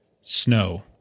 snow